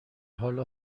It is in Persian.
حال